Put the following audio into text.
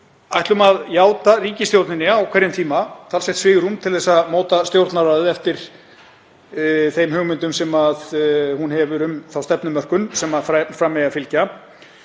ætlum að játa ríkisstjórninni á hverjum tíma talsvert svigrúm til að móta Stjórnarráðið eftir þeim hugmyndum sem hún hefur um þá stefnumörkun sem fram eigi að fylgja,